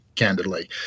candidly